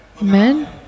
Amen